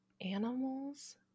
Animals